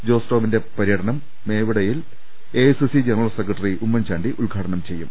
ജോസ് ടോമിന്റെ പര്യടനം മേവിടയിൽ AICC general secretary Oommen Chandy ഉദ്ഘാടനം ചെയ്യും